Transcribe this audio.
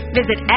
visit